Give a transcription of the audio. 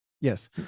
Yes